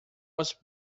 was